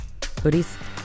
hoodies